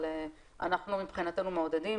אבל אנחנו מבחינתנו מעודדים,